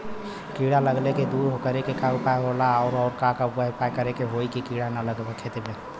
कीड़ा लगले के दूर करे के उपाय का होला और और का उपाय करें कि होयी की कीड़ा न लगे खेत मे?